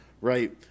right